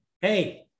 hey